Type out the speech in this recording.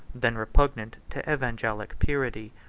than repugnant to evangelic purity.